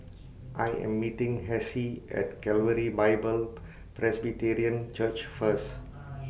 I Am meeting Hessie At Calvary Bible Presbyterian Church First